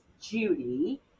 Judy